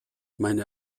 meine